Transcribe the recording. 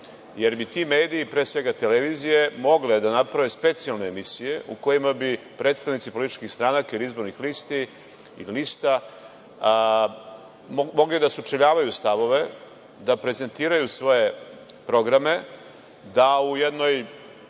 jer bi ti mediji, pre svega televizije mogle da naprave specijalne emisije u kojima bi predstavnici političkih stranaka i izbornih listi mogli da sučeljavaju stavove, da prezentiraju svoje programe, da u jednoj